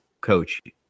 coach